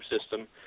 system